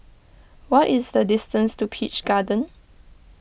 what is the distance to Peach Garden